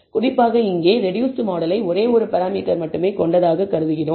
குறிப்பாக இங்கே ரெடூஸ்ட் மாடலை ஒரே ஒரு பராமீட்டர் மட்டுமே கொண்டதாக கருதுவோம்